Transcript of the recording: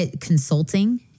consulting